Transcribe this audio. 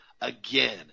again